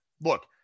Look